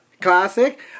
Classic